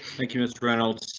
thank you mr. reynolds.